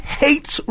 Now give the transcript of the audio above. hates